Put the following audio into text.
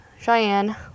Cheyenne